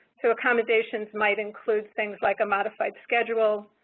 so, accommodations might include things like a modified schedule,